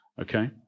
Okay